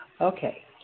Okay